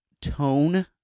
tone